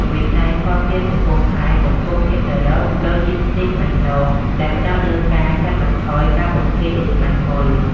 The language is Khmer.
វិស័យភស្តុភារកម្មកំពង់ផែកំពុងងាកទៅរក "Logistics បៃតង" ដែលផ្ដោតលើការកាត់បន្ថយការបំភាយឧស្ម័នពុល។